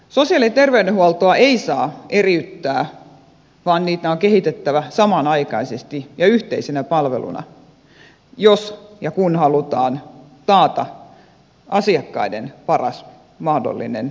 sosiaali ja terveydenhuoltoa ei saa eriyttää vaan niitä on kehitettävä samanaikaisesti ja yhteisenä palveluna jos ja kun halutaan taata asiakkaiden paras mahdollinen palvelu